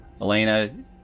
Elena